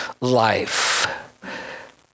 life